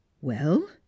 Well